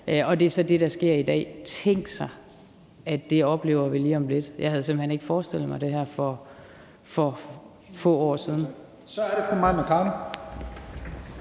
Og det er så det, der sker i dag. Tænk sig, at vi oplever det lige om lidt. Jeg havde simpelt hen ikke forestillet mig det her for få år siden. Kl. 11:31 Første